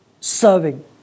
serving